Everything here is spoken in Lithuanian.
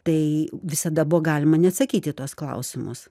tai visada buvo galima neatsakyt į tuos klausimus